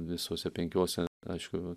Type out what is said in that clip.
visose penkiose aišku